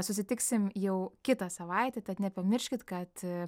susitiksim jau kitą savaitę tad nepamirškit kad